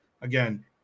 again